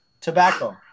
Tobacco